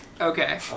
Okay